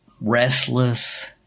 restless